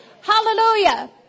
Hallelujah